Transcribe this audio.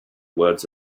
words